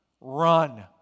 run